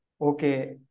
okay